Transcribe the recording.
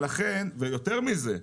יותר מזה,